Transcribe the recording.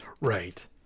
Right